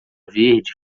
verde